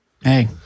Hey